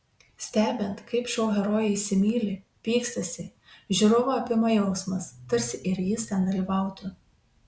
stebint kaip šou herojai įsimyli pykstasi žiūrovą apima jausmas tarsi ir jis ten dalyvautų